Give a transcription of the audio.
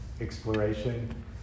exploration